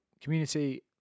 community